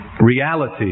Reality